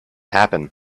happen